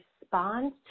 respond